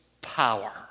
power